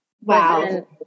Wow